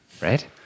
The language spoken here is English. Right